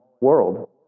world